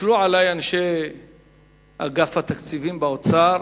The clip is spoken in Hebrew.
הסתכלו עלי אנשי אגף התקציבים באוצר,